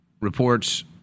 reports